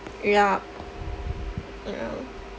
ya ya